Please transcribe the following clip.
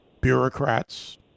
bureaucrats